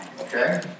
okay